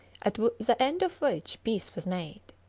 at the end of which peace was made.